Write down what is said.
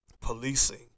policing